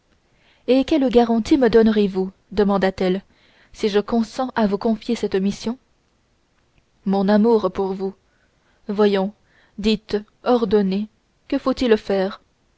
et quelle garantie me donnerez-vous demanda-t-elle si je consens à vous confier cette mission mon amour pour vous voyons dites ordonnez que faut-il faire